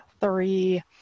three